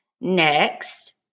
Next